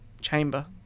chamber